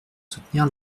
soutenir